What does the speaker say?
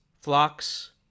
flocks